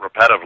repetitively